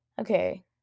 okay